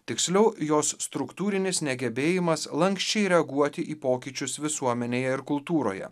tiksliau jos struktūrinis negebėjimas lanksčiai reaguoti į pokyčius visuomenėje ir kultūroje